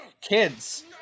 Kids